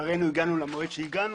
ולצערנו הגענו למועד שהגענו,